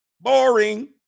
Boring